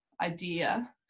idea